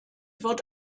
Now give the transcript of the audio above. wird